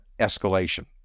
escalation